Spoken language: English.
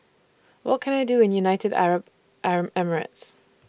What Can I Do in United Arab Arab Emirates